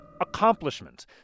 Accomplishment